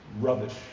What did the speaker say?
rubbish